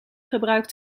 gebruikt